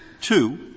Two